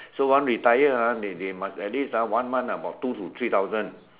so once retire ah they they must at least ah one month about two to three thousand